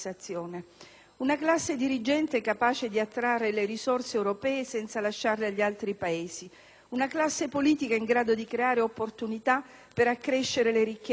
una classe dirigente capace di attrarre le risorse europee senza lasciarle agli altri Paesi; una classe politica in grado di creare opportunità per accrescere le ricchezze locali;